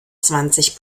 zwanzig